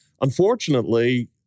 Unfortunately